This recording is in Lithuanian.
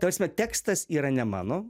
ta prasme tekstas yra ne mano